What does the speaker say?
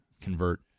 convert